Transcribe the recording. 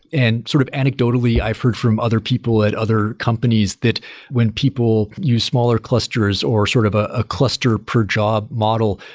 and sort of anecdotally, i've heard from other people at other companies that when people use smaller clusters or sort of ah a cluster per job model,